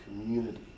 community